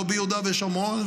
לא ביהודה ושומרון,